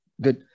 Good